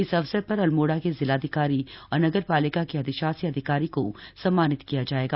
इस अवसर पर अल्मोड़ा के जिलाधिकारी और नगर पालिका के अधिशासी अधिकारी को सम्मानित किया जायेगा